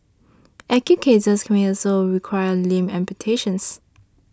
acute cases may also require limb amputations